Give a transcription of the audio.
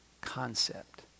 concept